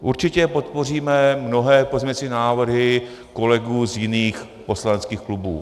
Určitě podpoříme mnohé pozměňovací návrhy kolegů z jiných poslaneckých klubů.